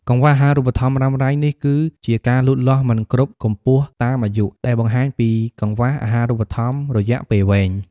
កង្វះអាហារូបត្ថម្ភរ៉ាំរ៉ៃ នេះគឺជាការលូតលាស់មិនគ្រប់កម្ពស់តាមអាយុ ដែលបង្ហាញពីបញ្ហាកង្វះអាហារូបត្ថម្ភរយៈពេលវែង។